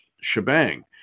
shebang